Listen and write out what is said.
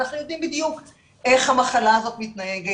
אנחנו יודעים בדיוק איך המחלה הזאת מתנהגת,